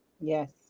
Yes